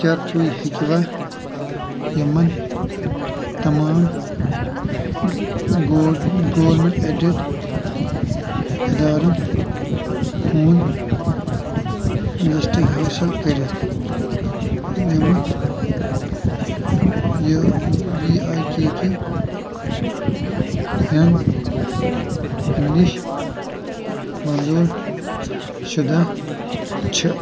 کیٛاہ تُہۍ ہیٚکہِ وا یِمَن تمام گورمٮ۪نٛٹ اٮ۪ڈِڈ اِدارن ہُنٛد لِسٹ حٲصِل کٔرِتھ یِمہٕ یہِ وی آی کے کے اٮ۪ن نِش منظوٗر شُدٕ چھِ